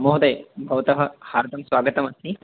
महोदय भवतः हार्दं स्वागतमस्ति